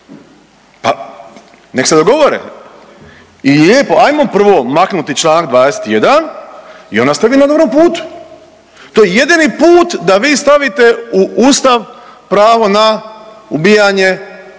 Pa nek se dogovore. I lijepo ajmo prvo maknuti Članak 21. i onda ste vi na dobrom putu. To je jedini put da vi stavite u Ustav pravo na ubijanje